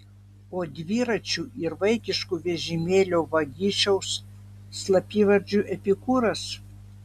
o dviračių ir vaikiškų vežimėlių vagišiaus slapyvardžiu epikūras